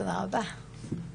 תודה רבה.